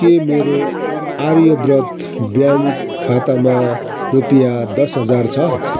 के मेरो आर्यव्रत ब्याङ्क खातामा रुपियाँ दस हजार छ